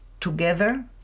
together